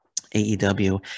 AEW